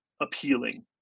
appealing